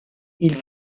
ils